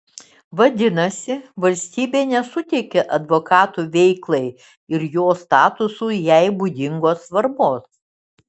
vadinasi valstybė nesuteikia advokato veiklai ir jo statusui jai būdingos svarbos